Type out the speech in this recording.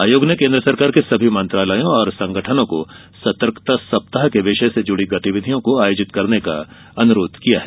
आयोग ने केन्द्र सरकार के सभी मंत्रालयों और संगठनों को सतर्कता सप्ताह के विषय से जूड़ी गतिविधियां आयोजित करने का अनुरोध किया है